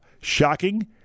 Shocking